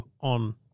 on